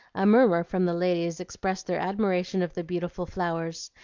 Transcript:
a murmur from the ladies expressed their admiration of the beautiful flowers,